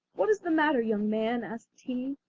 what is the matter, young man asked he.